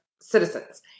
citizens